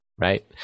right